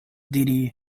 diri